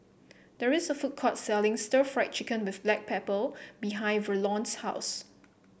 there is a food court selling Stir Fried Chicken with Black Pepper behind Verlon's house